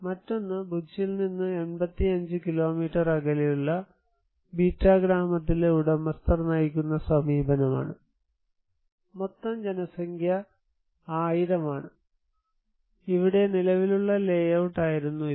മറ്റൊന്ന് ഭുജിൽ നിന്ന് 85 കിലോമീറ്റർ അകലെയുള്ള ബിറ്റാ ഗ്രാമത്തിലെ ഉടമസ്ഥർ നയിക്കുന്ന സമീപനമാണ് മൊത്തം ജനസംഖ്യ 1000 ആണ് ഇവിടെ നിലവിലുള്ള ലേയൌട്ട് ആയിരുന്നു ഇത്